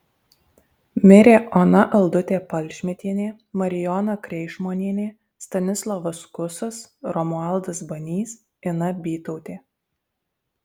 mirė ona aldutė palšmitienė marijona kreišmonienė stanislovas kusas romualdas banys ina bytautė